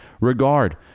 regard